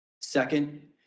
Second